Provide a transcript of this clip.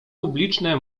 publiczne